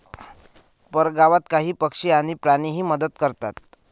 परगावात काही पक्षी आणि प्राणीही मदत करतात